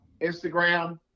Instagram